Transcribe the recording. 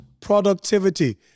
productivity